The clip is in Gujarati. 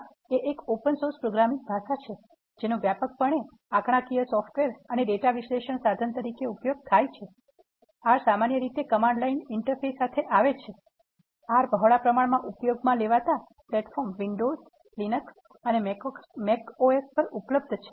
R એ એક open source પ્રોગ્રામિંગ ભાષા છે જેનો વ્યાપકપણે આંકડાકીય સોફ્ટવેર અને ડેટા વિશ્લેષણ સાધન તરિકે ઉપયોગ થાય છે R સામાન્ય રીતે કમાન્ડ લાઇન ઇન્ટરફેસ સાથે આવે છે R બહોળા પ્રમાણમાં ઉપયોગમાં લેવાતા પ્લેટફોર્મ વિંડોઝ લાઇન એક્સ અને macOS પર ઉપલબ્ધ છે